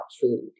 food